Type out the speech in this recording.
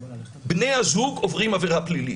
בני הזוג עוברים עבירה פלילית.